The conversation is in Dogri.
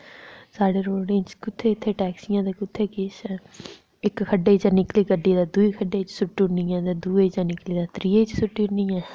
साढ़े रोड़ें ई कुत्थै इत्थै टैक्सियां ते केह् किश इक खड्ढे चा निकली गड्डी ते दूई खड्ढे च सु'ट्टी ओड़नी ऐ ते दूऐ चा निकली ते त्रीए च सु'ट्टी ओड़नी ऐ